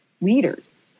leaders